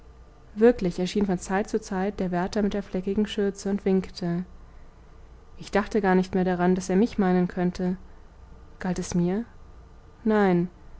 wirklich erschien von zeit zu zeit der wärter mit der fleckigen schürze und winkte ich dachte gar nicht mehr daran daß er mich meinen könnte galt es mir nein